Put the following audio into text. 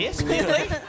Clearly